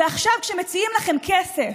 ועכשיו, כשמציעים לכם כסף,